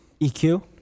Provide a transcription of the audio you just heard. EQ